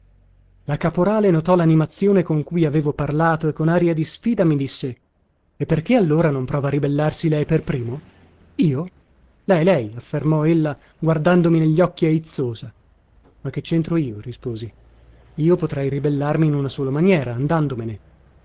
la caporale notò lanimazione con cui avevo parlato e con aria di sfida mi disse e perché allora non prova a ribellarsi lei per primo io lei lei affermò ella guardandomi negli occhi aizzosa ma che centro io risposi io potrei ribellarmi in una sola maniera andandomene